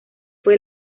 fue